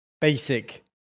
basic